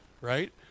right